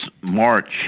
march